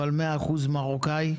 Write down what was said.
אבל 100% מרוקאי,